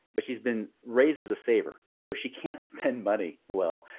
but she's been raised as a saver. so she can't spend money well.